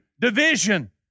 division